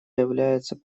является